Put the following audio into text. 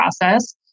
process